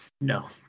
No